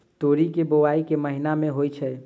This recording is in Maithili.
तोरी केँ बोवाई केँ महीना मे होइ छैय?